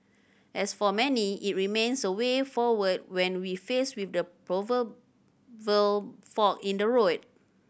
as for many it remains a way forward when we faced with the proverbial fork in the road